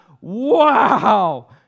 wow